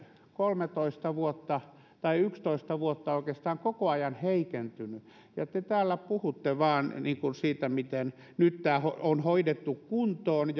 kolmetoista vuotta tai yksitoista vuotta oikeastaan koko ajan heikentynyt ja te täällä puhutte vain siitä miten tämä on nyt hoidettu kuntoon